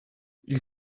you